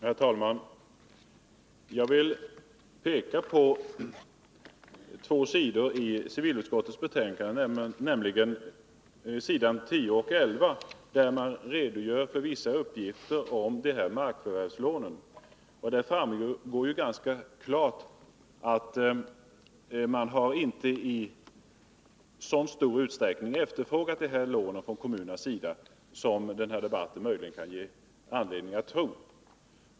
Herr talman! Jag vill peka på två sidor i civilutskottets betänkande, s. 10 och 11, där vissa uppgifter om markförvärslånen redovisas. Det framgår där ganska klart att man från kommunernas sida inte har efterfrågat dessa lån i så stor utsträckning som den här debatten möjligen kan ge oss anledning att tro.